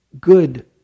good